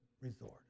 resort